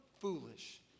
foolish